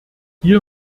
hier